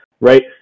right